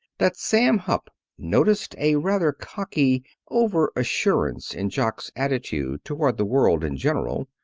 that sam hupp noticed a rather cocky over-assurance in jock's attitude toward the world in general.